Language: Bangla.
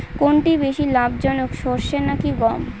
কোনটি বেশি লাভজনক সরষে নাকি গম চাষ?